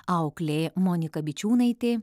auklė monika bičiūnaitė